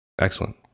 excellent